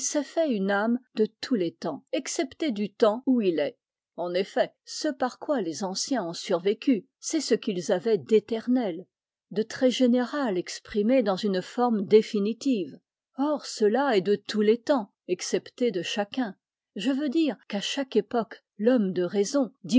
une âme de tous les temps excepté du temps où il est en effet ce par quoi les anciens ont survécu c'est ce qu'ils avaient d'éternel de très général exprimé dans une forme définitive or cela est de tous les temps excepté de chacun je veux dire qu'à chaque époque l'homme de raison